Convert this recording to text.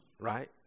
Right